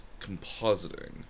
compositing